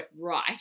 right